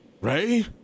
Ray